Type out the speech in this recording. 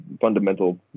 fundamental